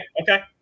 Okay